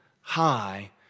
high